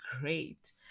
great